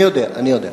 אני יודע.